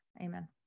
Amen